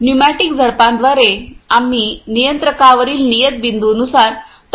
pneumatic झडपाद्वारे आम्ही नियंत्रकावरील नियत बिंदूनुसार तापमान नियंत्रित करू शकतो